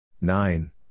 Nine